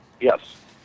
Yes